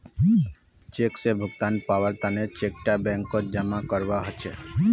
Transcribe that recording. cheque स भुगतान पाबार तने चेक टा बैंकत जमा करवा हछेक